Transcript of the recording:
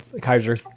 Kaiser